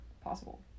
possible